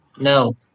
no